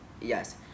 Yes